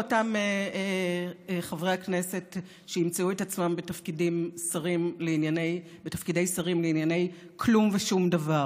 לאותם חברי הכנסת שימצאו את עצמם בתפקידי שרים לענייני כלום ושום דבר: